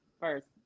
first